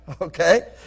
okay